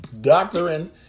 doctoring